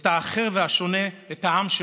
את האחר והשונה, את העם שבשדות.